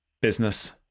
business